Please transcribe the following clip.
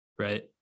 Right